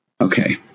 Okay